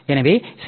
எனவே சி